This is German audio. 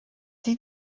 sie